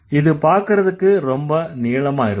இது பார்க்கறதுக்கு ரொம்ப நீளமா இருக்கும்